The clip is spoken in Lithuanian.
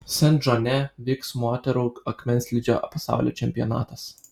sent džone vyks moterų akmenslydžio pasaulio čempionatas